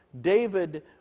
David